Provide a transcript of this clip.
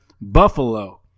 Buffalo